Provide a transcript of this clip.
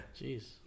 Jeez